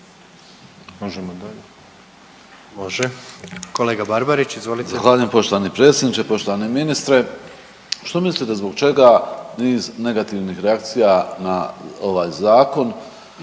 izvolite. **Barbarić, Nevenko (HDZ)** Zahvaljujem poštovani predsjedniče. Poštovani ministre što mislite zbog čega niz negativnih reakcija na ovaj zakon